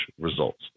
results